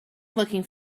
looking